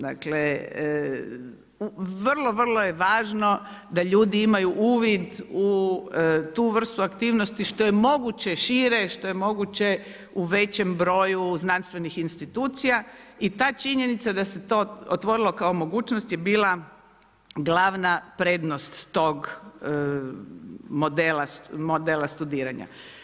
Dakle, vrlo, vrlo je važno da ljudi imaju uvid u tu vrstu aktivnosti što je moguće šire, što je moguće u većem broju znanstvenih institucija i ta činjenica da se to otvorilo kao mogućnost je bila glavna prednost tog modela studiranja.